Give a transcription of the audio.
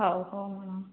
ହଉ ହଉ ମ୍ୟାଡ଼ାମ୍